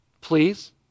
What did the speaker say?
Please